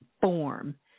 form